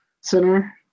center